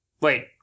Wait